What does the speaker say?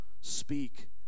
Speak